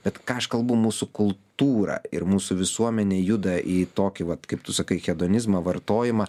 bet ką aš kalbu mūsų kultūra ir mūsų visuomenė juda į tokį vat kaip tu sakai hedonizmą vartojimą